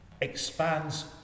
expands